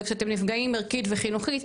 וכשאתם נפגעים ערכית וחינוכית,